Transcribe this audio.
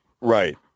Right